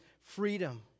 freedom